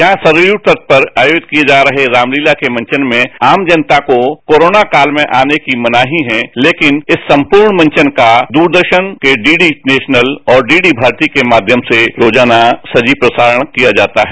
यहां सरयू तट पर आयोजित किए जा रहे रामलीला के मंचन में आम जनता को तो कॅरोना काल में आने की मनाही है लेकिन इस संपूर्ण मंचन का दूरदर्शन के डीडी नेशनल और डीडी भारती के माध्यम से रोजाना सजीव प्रसारण किया जाता है